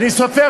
אני סופר,